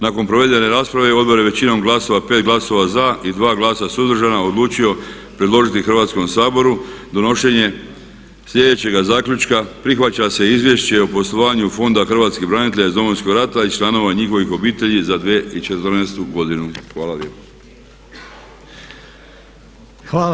Nakon provedene rasprave odbor je većinom glasova, 5 glasova za i 2 glasa suzdržana odlučio predložiti Hrvatskom saboru donošenje sljedećeg zaključka: „Prihvaća se Izvješće o poslovanju Fonda hrvatskih branitelja iz Domovinskog rata i članova njihovih obitelji za 2014. godinu.“ Hvala lijepa.